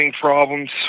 problems